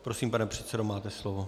Prosím, pane předsedo, máte slovo.